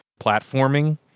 platforming